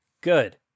Good